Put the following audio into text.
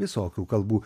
visokių kalbų